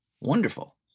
Wonderful